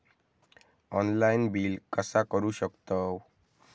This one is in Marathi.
ऑनलाइन बिल कसा करु शकतव?